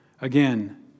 Again